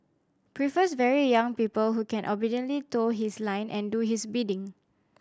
prefers very young people who can obediently toe his line and do his bidding